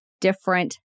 different